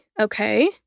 Okay